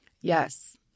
Yes